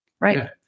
Right